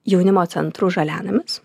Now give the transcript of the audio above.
jaunimo centru žalianamis